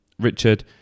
Richard